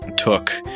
took